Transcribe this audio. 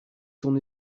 son